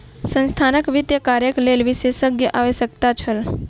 संस्थानक वित्तीय कार्यक लेल विशेषज्ञक आवश्यकता छल